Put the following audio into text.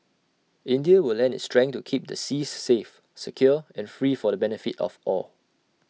India will lend its strength to keep the seas safe secure and free for the benefit of all